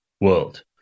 world